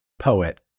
poet